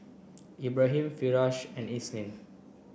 Ibrahim Firash and Isnin